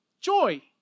Joy